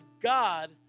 God